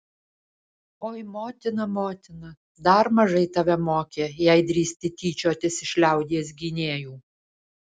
oi motina motina dar mažai tave mokė jei drįsti tyčiotis iš liaudies gynėjų